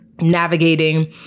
navigating